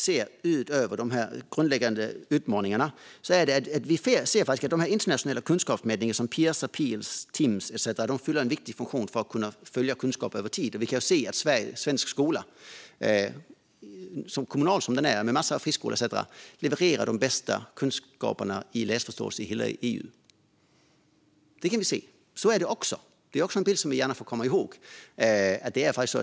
Utöver de grundläggande utmaningarna ser vi från Centerpartiet att de internationella kunskapsmätningarna, som Pisa, Pirls och Timss, fyller en viktig funktion för att man ska kunna följa kunskap över tid. Vi kan se att svensk skola - kommunal som den är och med massor av friskolor etcetera - levererar de bästa kunskaperna i läsförståelse i hela EU. Så är det också; detta är också en bild som man gärna får komma ihåg.